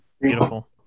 Beautiful